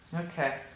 Okay